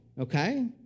okay